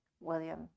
William